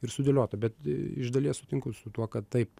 ir sudėliota bet iš dalies sutinku su tuo kad taip